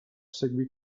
seguì